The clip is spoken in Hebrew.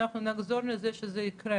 שאנחנו נחזור לזה כשזה יקרה,